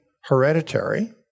hereditary